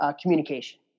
communication